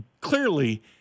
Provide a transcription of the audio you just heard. clearly